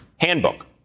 handbook